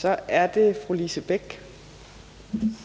Kl. 18:23 Fjerde